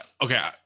Okay